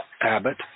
Abbott